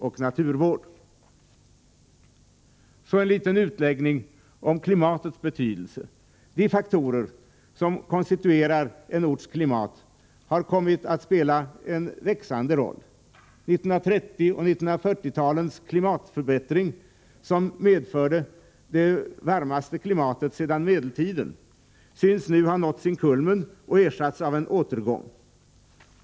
Så vill jag göra en liten utläggning om klimatets betydelse. De faktorer som konstituerar en orts klimat har kommit att spela en växande roll. 1930 och 1940-talens klimatförbättringar, som medförde det varmaste klimatet sedan medeltiden, synes nu ha nått sin kulmen och ersatts av en återgång.